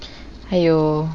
!aiyo!